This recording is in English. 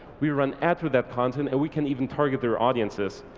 we run ad through that content, and we can even target their audiences.